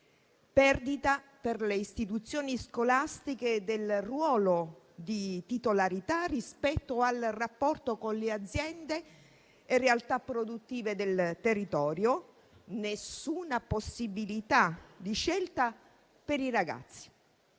perdita per le istituzioni scolastiche del ruolo di titolarità rispetto al rapporto con le aziende e le realtà produttive del territorio, che non vi è nessuna possibilità di scelta per i ragazzi.